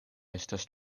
estas